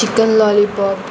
chicken lollipop